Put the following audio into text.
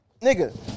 nigga